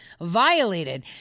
violated